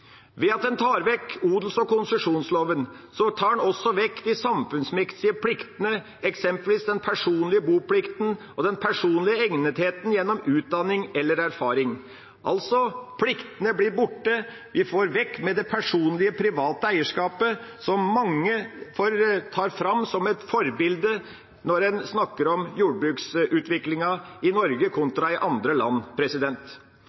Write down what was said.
Ved at en tar vekk odels- og konsesjonsloven, tar en også vekk de samfunnsmessige pliktene, eksempelvis den personlige boplikten og den personlige egnetheten gjennom utdanning eller erfaring. Pliktene blir altså borte, vi får vekk det personlige private eierskapet, som mange tar fram som et forbilde når en snakker om jordbruksutviklingen i Norge